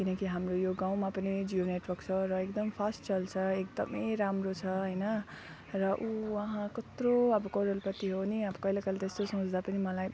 किनकि हाम्रो यो गाउँमा पनि जियो नेटवर्क छ र एकदम फास्ट चल्छ एकदमै राम्रो छ हैन र ऊ उहाँ कत्रो अब करोडपति हो नि अब कहिले कहिले त यस्तो सोच्दा पनि मलाई